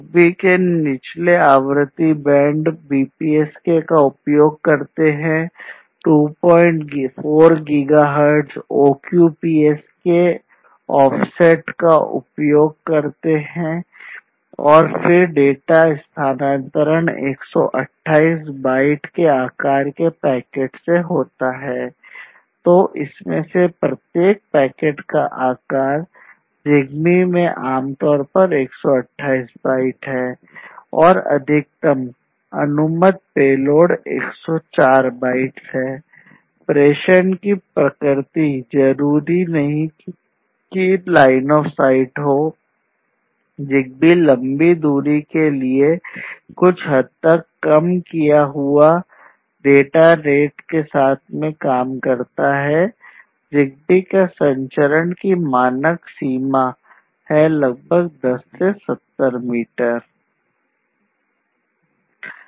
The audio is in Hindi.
ZigBee में निचले आवृत्ति बैंड BPSK का उपयोग करते हैं 24 gigahertz band OQPSK offset QPSK का उपयोग करता है और फिर डेटा स्थानांतरण 128 बाइट्स है लगभग 10 से 70 मीटर है